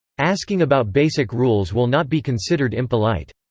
asking about basic rules will not be considered impolite.